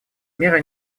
меры